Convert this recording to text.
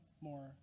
more